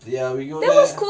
ya we go there